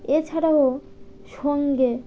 এছাড়াও সঙ্গে